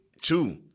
Two